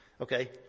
Okay